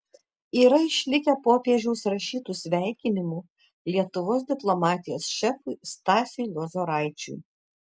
yra išlikę popiežiaus rašytų sveikinimų lietuvos diplomatijos šefui stasiui lozoraičiui